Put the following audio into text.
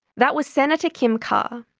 that was senator kim carr,